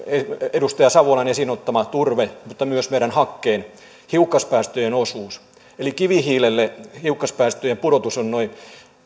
edustaja savolan esiin ottama turve mutta myös meidän hakkeen hiukkaspäästöjen osuus eli kivihiilelle hiukkaspäästöjen pudotus on noin